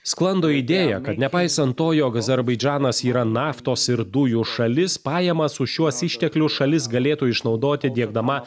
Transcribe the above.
sklando idėja kad nepaisant to jog azerbaidžanas yra naftos ir dujų šalis pajamas už šiuos išteklius šalis galėtų išnaudoti diegdama